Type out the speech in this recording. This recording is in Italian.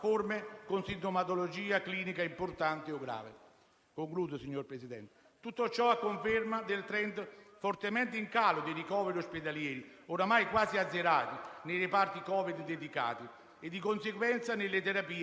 in uno sforzo comune di solidarietà collettiva, il futuro ci sorriderà e andrà tutto bene.